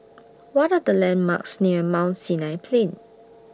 What Are The landmarks near Mount Sinai Plain